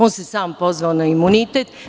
On se sam pozvao na imunitet.